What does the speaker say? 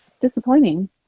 disappointing